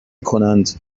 کنند